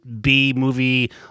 B-movie